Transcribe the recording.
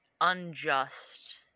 unjust